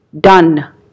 done